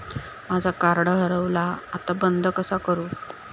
माझा कार्ड हरवला आता बंद कसा करू?